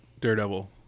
Daredevil